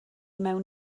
mewn